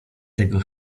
tego